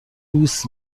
بوس